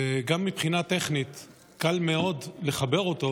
וגם מבחינה טכנית קל מאוד לחבר אותו,